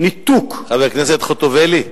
חברת הכנסת חוטובלי.